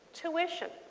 tuition,